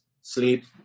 sleep